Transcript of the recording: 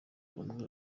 umwe